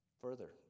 further